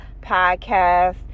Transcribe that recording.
Podcast